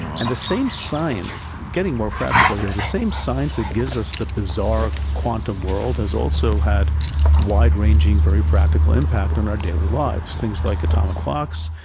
and the same science, getting more practical here, the same science that gives us the bizarre quantum world has also had wide-ranging, very practical impact on our daily lives things like atomic clocks,